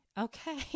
Okay